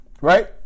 right